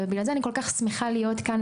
בגלל זה אני כל כך שמחה להיות כאן,